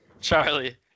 Charlie